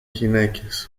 γυναίκες